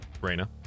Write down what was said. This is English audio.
Reyna